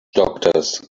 doctors